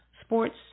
sports